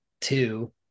two